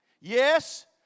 Yes